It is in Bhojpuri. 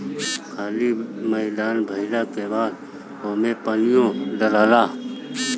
खाली मैदान भइला के बाद ओमे पानीओ डलाला